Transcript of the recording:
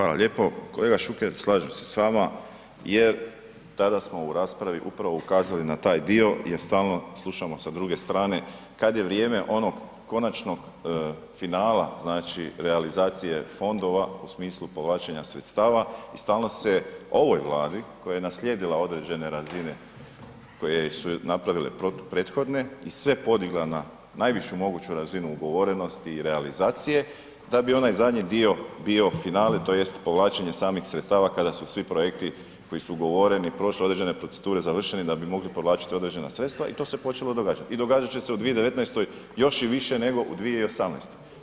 Hvala lijepo, kolega Šuker, slažem se s vama jer kada smo u raspravi upravo ukazali na taj dio jer stalno sa druge strane kad je vrijeme onog konačnog finala znači realizacije fondova u smislu realizacije fondova u smislu povlačenja sredstava i stalno se ovoj Vladi koja je naslijedila određene razine koje su napravile prethodne i sve podigla na najvišu moguću razinu ugovorenosti i realizacije, da bi onaj zadnji dio bio finale, tj. povlačenje samih sredstava kada su svi projekti koji su ugovoreni prošle određene procedure, završeni da bi mogli povlačiti određena sredstva i to se počelo događati i događat će se u 2019. još i više nego u 2018.